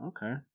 Okay